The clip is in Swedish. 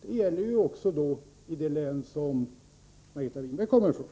Det gäller också i det län Margareta Winberg kommer ifrån.